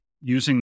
using